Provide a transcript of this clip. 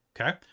Okay